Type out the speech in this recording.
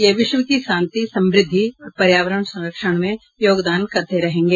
ये विश्व की शांति समृद्धि और पर्यावरण संरक्षण में योगदान करते रहेंगे